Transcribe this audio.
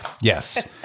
Yes